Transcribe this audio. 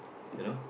you know